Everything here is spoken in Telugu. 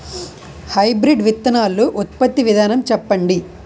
హైబ్రిడ్ విత్తనాలు ఉత్పత్తి విధానం చెప్పండి?